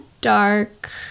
dark